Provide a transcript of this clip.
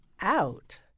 out